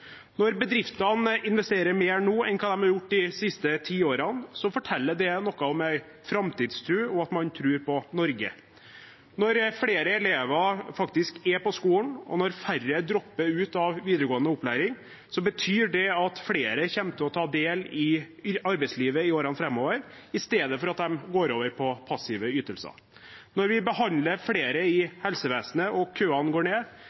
Når bedriftene investerer mer nå enn hva de har gjort de siste ti årene, forteller det noe om en framtidstro og at man tror på Norge. Når flere elever faktisk er på skolen, og når færre dropper ut av videregående opplæring, betyr det at flere kommer til å ta del i arbeidslivet i årene framover, i stedet for at de går over på passive ytelser. Når vi behandler flere i helsevesenet og køene går ned,